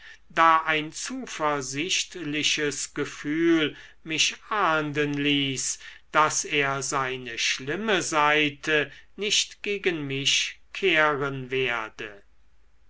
da ein zuversichtliches gefühl mich ahnden ließ daß er seine schlimme seite nicht gegen mich kehren werde